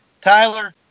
Tyler